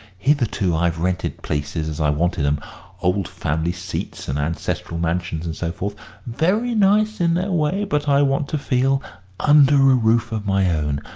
hitherto i've rented places as i wanted em old family seats and ancestral mansions and so forth very nice in their way, but i want to feel under a roof of my own.